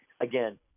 again